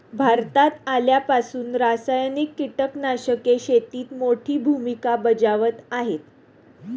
भारतात आल्यापासून रासायनिक कीटकनाशके शेतीत मोठी भूमिका बजावत आहेत